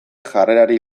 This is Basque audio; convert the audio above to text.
jarrerari